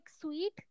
sweet